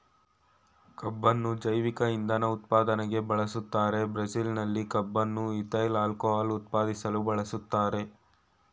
ಕಬ್ಬುನ್ನು ಜೈವಿಕ ಇಂಧನ ಉತ್ಪಾದನೆಗೆ ಬೆಳೆಸ್ತಾರೆ ಬ್ರೆಜಿಲ್ನಲ್ಲಿ ಕಬ್ಬನ್ನು ಈಥೈಲ್ ಆಲ್ಕೋಹಾಲ್ ಉತ್ಪಾದಿಸಲು ಬಳಸ್ತಾರೆ